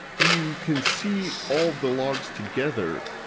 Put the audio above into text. you can see all of the logs together,